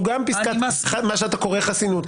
הוא גם פסקת מה שאתה קורא חסינות.